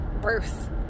birth